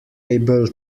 able